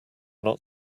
not